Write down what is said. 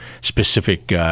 specific